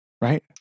right